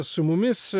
su mumis